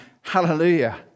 Hallelujah